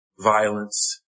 violence